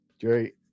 Jerry